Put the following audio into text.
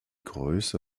größe